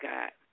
God